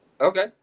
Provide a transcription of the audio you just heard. Okay